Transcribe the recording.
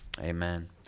Amen